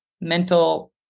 mental